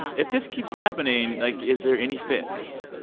if this keeps happening, like, is there any fix?